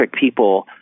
people